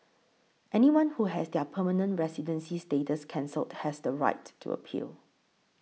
anyone who has their permanent residency status cancelled has the right to appeal